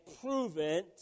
proven